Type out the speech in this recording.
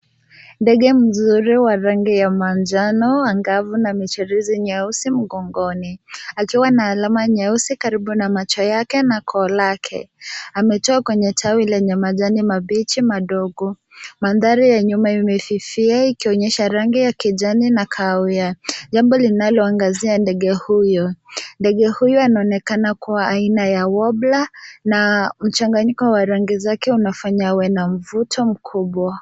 Ndege mzuri wa rangi ya manjano angavu na michirizi nyeusi mgongoni akiwa na alama nyeusi karibu na macho yake na koo lake. Ametua kwenye tawi lenye majani mabichi madogo. Mandhari ya nyuma imefifia ikionyesha rangi ya kijani na kahawia jambo linaloangazia ndege huyo. Ndege huyo anaonekana kuwa aina ya wobler na mchanganyiko wa rangi zake unafanya awe na mvuto mkubwa